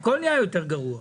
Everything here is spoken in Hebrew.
הכל נהיה יותר גרוע.